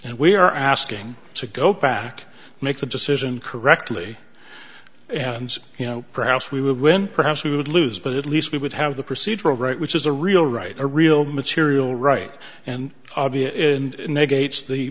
and we are asking to go back make the decision correctly and you know perhaps we would win perhaps we would lose but at least we would have the procedural right which is a real right a real material right and